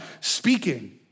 speaking